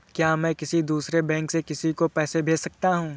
क्या मैं किसी दूसरे बैंक से किसी को पैसे भेज सकता हूँ?